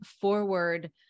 forward